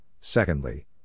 secondly